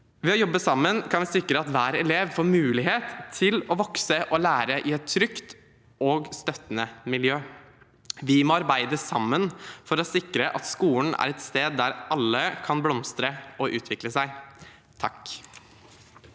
Ved å jobbe sammen kan vi sikre at hver elev får mulighet til å vokse og lære i et trygt og støttende miljø. Vi må arbeide sammen for å sikre at skolen er et sted der alle kan blomstre og utvikle seg.